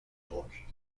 rock